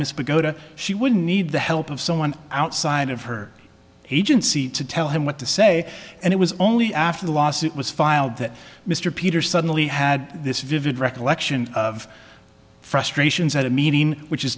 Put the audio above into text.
misbah go to she would need the help of someone outside of her agency to tell him what to say and it was only after the lawsuit was filed that mr peter suddenly had this vivid recollection of frustrations had a meaning which is